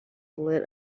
lit